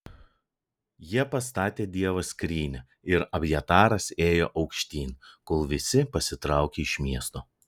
jie pastatė dievo skrynią ir abjataras ėjo aukštyn kol visi pasitraukė iš miesto